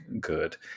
good